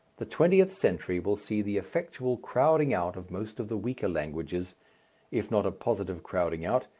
the twentieth century will see the effectual crowding out of most of the weaker languages if not a positive crowding out,